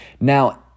Now